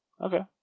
Okay